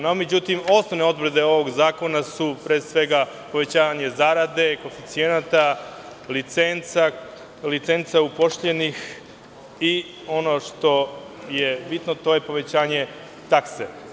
No, međutim, osnovne odredbe ovog zakona su, pre svega povećanje zarade, koeficijenata, licenca upošljenih i ono što je bitno, to je povećanje takse.